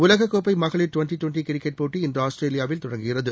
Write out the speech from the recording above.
உலக கோப்பை மகளிர் டுவென்டி டுவென்டி கிரிக்கெட் போட்டி இன்று ஆஸ்திரேலியாவில் தொடங்குகிறது